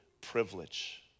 privilege